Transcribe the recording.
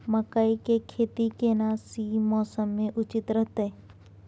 मकई के खेती केना सी मौसम मे उचित रहतय?